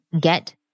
get